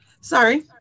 Sorry